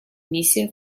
миссия